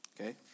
okay